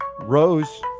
Rose